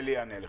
אלי יענה לך.